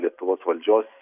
lietuvos valdžios